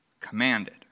Commanded